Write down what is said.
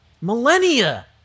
millennia